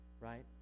right